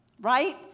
right